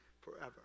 forever